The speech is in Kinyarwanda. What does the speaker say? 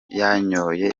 yanyoye